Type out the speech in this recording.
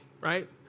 right